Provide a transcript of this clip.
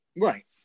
right